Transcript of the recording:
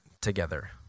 together